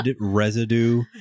residue